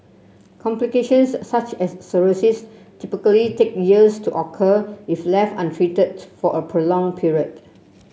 complications such as cirrhosis typically take years to occur if left untreated for a prolonged period